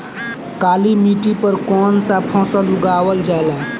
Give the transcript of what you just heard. काली मिट्टी पर कौन सा फ़सल उगावल जाला?